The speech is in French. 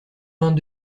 vingt